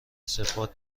سپاه